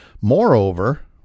Moreover